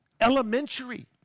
elementary